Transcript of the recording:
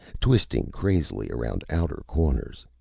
twisting crazily around outer corners.